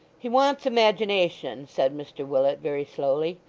he wants imagination said mr willet, very slowly,